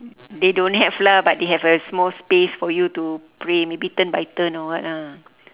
they don't have lah but they have a small space for you to pray maybe turn by turn or what ah